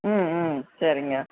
ம் ம் சரிங்க